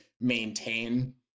maintain